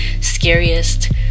scariest